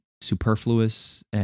superfluous